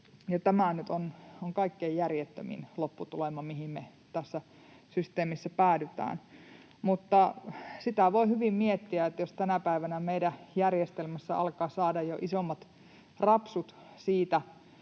nyt on kaikkein järjettömin lopputulema, mihin me tässä systeemissä päädytään. Mutta sitä voi hyvin miettiä, jos tänä päivänä meidän järjestelmässä alkaa saada jo isommat rapsut siitä,